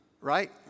right